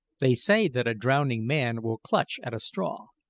they say that a drowning man will clutch at a straw.